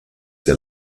der